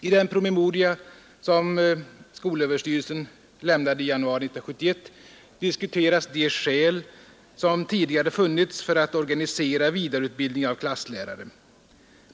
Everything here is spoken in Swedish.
I den promemoria som skolöverstyrelsen lämnade i januari 1971 diskuteras de skäl som tidigare funnits för att organisera vidareutbildning av klasslärare.